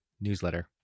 newsletter